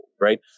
right